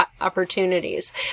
opportunities